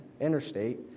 interstate